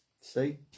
See